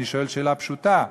אני שואל שאלה פשוטה.